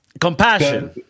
Compassion